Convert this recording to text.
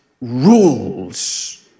rules